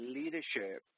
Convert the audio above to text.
leadership